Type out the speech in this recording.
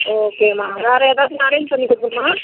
ஓகேமா வேறு எதாவது அரேஞ்ச் பண்ணிக் கொடுக்கணுமா